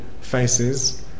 faces